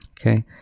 Okay